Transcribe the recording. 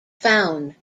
found